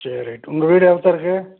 சரி ரைட்டு உங்கள் வீடு எங்கே இருக்குது